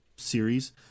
series